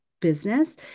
business